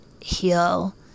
Heal